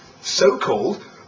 So-called